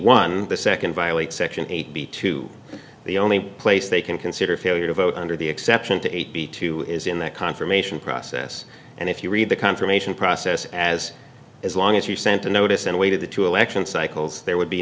one the second violates section eight b two the only place they can consider failure to vote under the exception to be two is in the confirmation process and if you read the confirmation process as as long as you sent a notice in a way to the two election cycles there would be